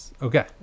okay